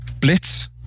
Blitz